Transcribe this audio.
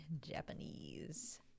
Japanese